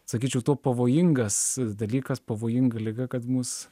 sakyčiau tuo pavojingas dalykas pavojinga liga kad mus